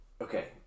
Okay